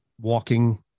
walking